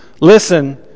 listen